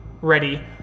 ready